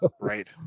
Right